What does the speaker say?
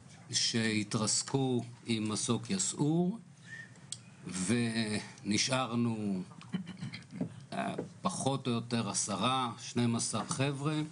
שהתרסקו עם מסוק יסעור ונשארנו פחות או יותר 10 12 חבר'ה.